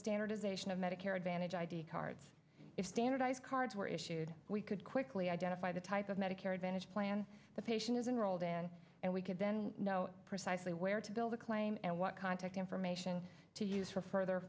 standardization of medicare advantage id cards if standardized cards were issued we could quickly identify the type of medicare advantage plan the patient is enrolled in and we could then know precisely where to build a claim and what contact information to use for further